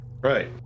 Right